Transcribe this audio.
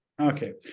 Okay